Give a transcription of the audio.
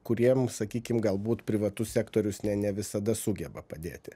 kuriem sakykim galbūt privatus sektorius ne ne visada sugeba padėti